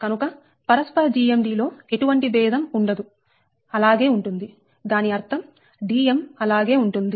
కనుక పరస్పర GMD లో ఎటువంటి బేదం ఉండదు అలాగే ఉంటుందిదాని అర్థం Dm అలాగే ఉంటుంది